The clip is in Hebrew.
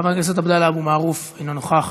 חבר הכנסת עבדאללה אבו מערוף, אינו נוכח,